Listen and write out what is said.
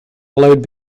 allowed